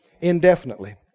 indefinitely